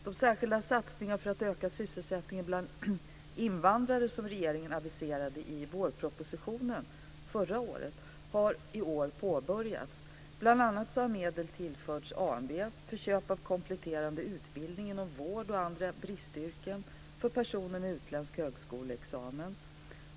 De särskilda satsningar för att öka sysselsättningen bland invandrare som regeringen aviserade i vårpropositionen förra året har i år påbörjats. Bland annat har medel tillförts AMV för köp av kompletterande utbildning inom vård och andra bristyrken för personer med utländsk högskoleexamen.